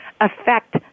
affect